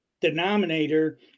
denominator